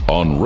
on